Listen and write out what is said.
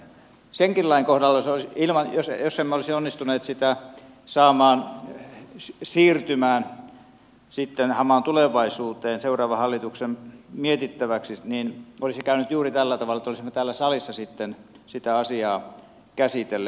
senkin lain kohdalla jos emme olisi onnistuneet sitä saamaan siirtymään sitten hamaan tulevaisuuteen seuraavan hallituksen mietittäväksi olisi käynyt juuri tällä tavalla että olisimme täällä salissa sitten sitä asiaa käsitelleet